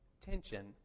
tension